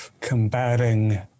combating